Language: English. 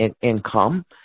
income